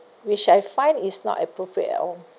which I find is not appropriate at all